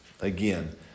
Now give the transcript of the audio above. again